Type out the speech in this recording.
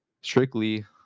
strictly